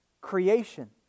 Creation